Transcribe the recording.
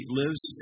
lives